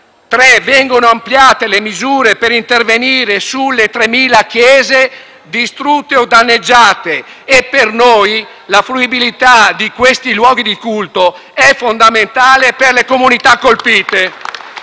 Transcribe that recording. vengono ampliate le misure per intervenire sulle 3.000 chiese distrutte o danneggiate. Per noi la fruibilità di questi luoghi di culto è fondamentale per le comunità colpite.